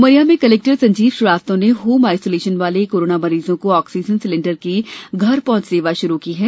उमरिया में कलेक्टर संजीव श्रीवास्तव ने home isolation वाले कोरोना मरीजों को आक्सीजन सिलेंडर की घर पहुंच सेवा शुरू की है